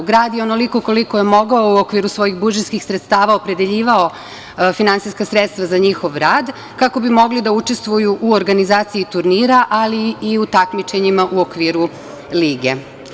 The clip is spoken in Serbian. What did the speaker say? Grad je onoliko koliko je mogao u okviru svojih budžetskih sredstava opredeljivao finansijska sredstva za njihov rad kako bi mogli da učestvuju u organizaciji turnira, ali i u takmičenjima u okviru lige.